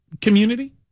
community